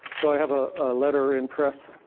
so i have a letter in press,